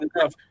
enough